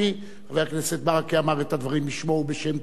חבר הכנסת ברכה אמר את הדברים בשמו ובשם קהילתו.